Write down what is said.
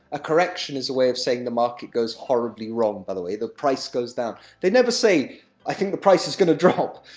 a correction is a way of saying the market goes horribly wrong, by the way the price goes down. they never say i think the price is going to drop.